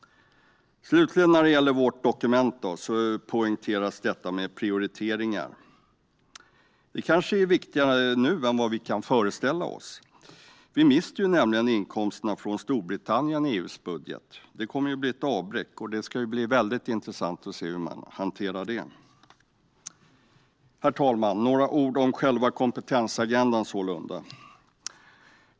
Slutligen, när det gäller vårt dokument, poängteras detta med prioriteringar. Det är kanske viktigare nu än vi kan föreställa oss. Vi mister nämligen inkomsterna från Storbritannien i EU:s budget. Det kommer att bli ett avbräck, och det ska bli mycket intressant att se hur man hanterar det. Herr talman! Jag ska nämna några ord om själva kompetensagendan.